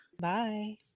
Bye